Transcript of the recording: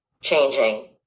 changing